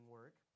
work